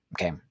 Okay